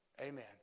Amen